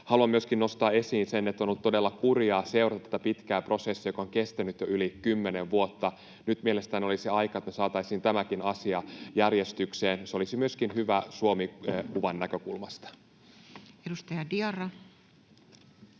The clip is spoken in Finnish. Haluan myöskin nostaa esiin sen, että on ollut todella kurjaa seurata tätä pitkää prosessia, joka on kestänyt jo yli kymmenen vuotta. Nyt mielestäni olisi aika, että saataisiin tämäkin asia järjestykseen. Se olisi hyvä myöskin Suomi-kuvan näkökulmasta. [Speech 43]